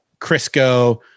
Crisco